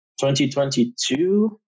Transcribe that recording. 2022